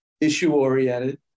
issue-oriented